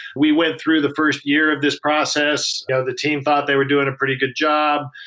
we went through the first year of this process. you know the team thought they were doing a pretty good job.